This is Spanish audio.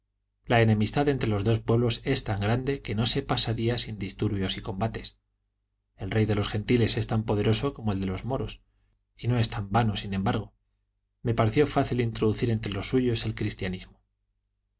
la enemistad entre los dos pueblos es tan grande que no pasa día sin disturbios y combates el rey de los gentiles es tan poderoso como el de los moros y no es tan vano sin embargo me pareció fácil introducir entre los suyos el cristianismo